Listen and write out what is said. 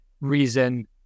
reason